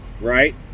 Right